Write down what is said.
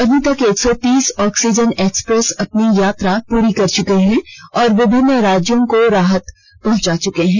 अभी तक एक सौ तीस ऑक्सीजन एक्सप्रेस अपनी यात्रा पूरी कर चुकी हैं और विभिन्न राज्यों को राहत पहुंचा चुकी हैं